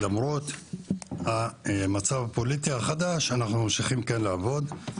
למרות המצב הפוליטי החדש אנחנו ממשיכים כאן לעבוד.